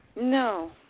No